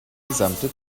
gesamte